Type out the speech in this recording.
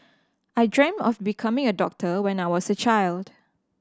I dreamed of becoming a doctor when I was a child